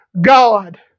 God